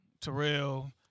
Terrell